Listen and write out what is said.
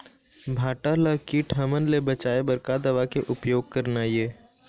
भांटा ला कीट हमन ले बचाए बर का दवा के उपयोग करना ये?